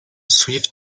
swift